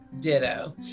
Ditto